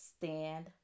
stand